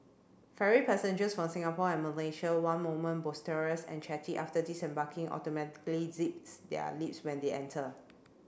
ferry passengers from Singapore and Malaysia one moment boisterous and chatty after disembarking automatically zips their lips when they enter